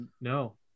No